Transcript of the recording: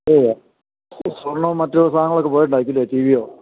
ഉവ്വ സ്വർണ്ണവും മറ്റു സാധനങ്ങളൊക്കെ പോയിട്ടുണ്ടായിരിക്കും അല്ലേ ടി വി യോ